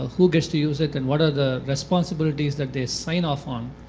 ah who gets to use it, and what are the responsibilities that they sign off on?